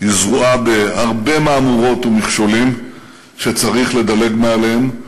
היא זרועה בהרבה מהמורות ומכשולים שצריך לדלג מעליהם.